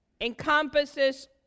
encompasses